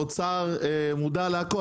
האוצר מודע להכל,